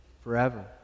forever